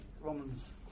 Romans